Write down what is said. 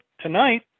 tonight